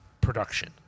production